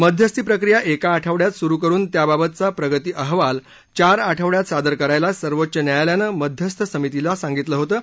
मध्यस्थी प्रक्रिया एका आठवड्यात सुरू करुन त्याबाबतचा प्रगती अहवाल चार आठवड्यांत सादर करायला सर्वोच्च न्यायालयानं मध्यस्थ समितीला सांगितलं होतं